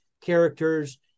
characters